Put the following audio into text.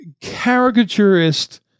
caricaturist